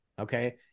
okay